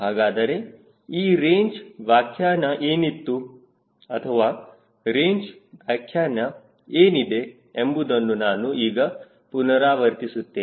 ಹಾಗಾದರೆ ಈ ರೇಂಜ್ ವ್ಯಾಖ್ಯಾನ ಏನಿತ್ತು ಅಥವಾ ರೇಂಜ್ ವ್ಯಾಖ್ಯಾನ ಏನಿದೆ ಎಂಬುದನ್ನು ನಾನು ಈಗ ಪುನರಾವರ್ತಿಸುತ್ತೇನೆ